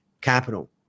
capital